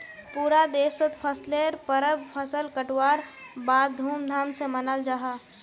पूरा देशोत फसलेर परब फसल कटवार बाद धूम धाम से मनाल जाहा